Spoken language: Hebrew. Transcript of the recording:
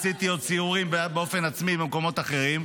עשיתי לו ציורים באופן עצמי במקומות אחרים,